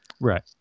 right